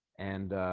and